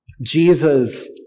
Jesus